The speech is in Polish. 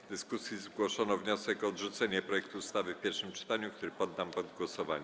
W dyskusji zgłoszono wniosek o odrzucenie projektu ustawy w pierwszym czytaniu, który poddam pod głosowanie.